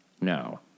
no